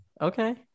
Okay